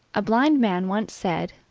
a blind man once said,